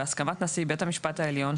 בהסכמת נשיא בית המשפט העליון,